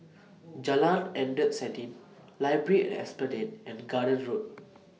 Jalan Endut Senin Library At Esplanade and Garden Road